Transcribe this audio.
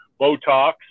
Botox